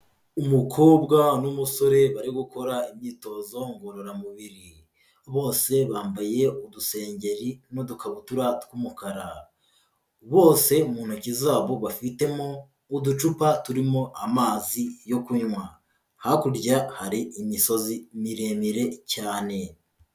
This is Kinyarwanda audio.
Umukobwa n'umusore bari gukora imyitozo ngororamubiri, bose bambaye udusengeri n'udukabutura tw'umukara, bose mu ntoki zabo bafitemo uducupa turimo amazi yo kunywa, hakurya hari imisozi miremire cyane.